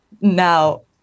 now